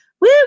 Woo